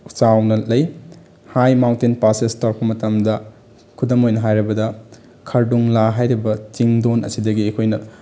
ꯆꯥꯎꯅ ꯂꯩ ꯍꯥꯏ ꯃꯥꯎꯟꯇꯦꯟ ꯄꯥꯁꯦꯁ ꯇꯧꯔꯛꯄ ꯃꯇꯝꯗ ꯈꯨꯗꯝ ꯑꯣꯏꯅ ꯍꯥꯏꯔꯕꯗ ꯈꯔꯗꯨꯡꯂꯥ ꯍꯥꯏꯔꯤꯕ ꯆꯤꯡꯗꯣꯟ ꯑꯁꯤꯗꯒꯤ ꯑꯩꯈꯣꯏꯅ